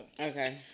Okay